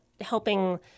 helping